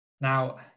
now